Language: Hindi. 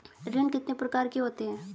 ऋण कितने प्रकार के होते हैं?